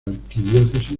arquidiócesis